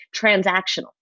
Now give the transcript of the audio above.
transactional